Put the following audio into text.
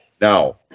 Now